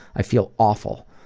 i feel awful.